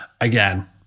Again